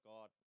God